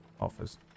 offers